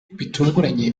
bitunguranye